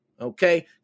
Okay